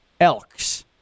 Elks